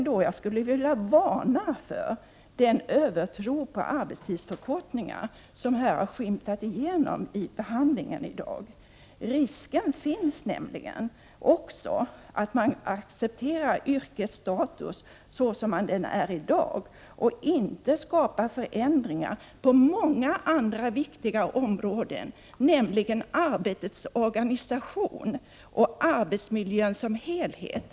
Men jag skulle vilja varna för den övertro på arbetstidsförkortningar som här har skymtat fram i behandlingen i dag. Det finns nämligen en risk att man accepterar yrkesstatus som den är i dag, och inte skapar förändringar på många andra viktiga områden såsom arbetsorganisation och arbetsmiljön som helhet.